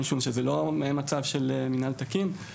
משום שזה לא מצב של מנהל תקין.